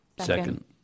Second